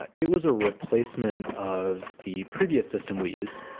ah it was a replacement of the previous system we used,